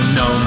no